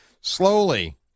slowly